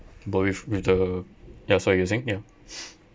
but with with the ya sorry you're saying ya